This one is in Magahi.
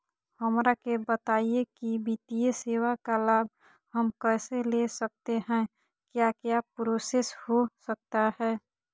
हमरा के बताइए की वित्तीय सेवा का लाभ हम कैसे ले सकते हैं क्या क्या प्रोसेस हो सकता है?